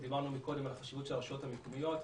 דיברנו מקודם על החשיבות של הרשויות המקומיות.